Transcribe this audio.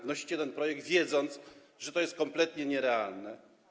Wnosicie ten projekt, wiedząc, że to jest kompletnie nierealne.